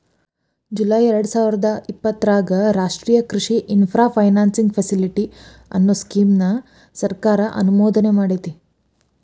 July ಎರ್ಡಸಾವಿರದ ಇಪ್ಪತರಾಗ ರಾಷ್ಟ್ರೇಯ ಕೃಷಿ ಇನ್ಫ್ರಾ ಫೈನಾನ್ಸಿಂಗ್ ಫೆಸಿಲಿಟಿ, ಅನ್ನೋ ಸ್ಕೇಮ್ ನ ಸರ್ಕಾರ ಅನುಮೋದನೆಮಾಡೇತಿ